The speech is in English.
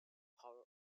horror